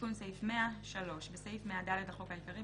תיקון סעיף 100 3. בסעיף 100(ד) לחוק העיקרי,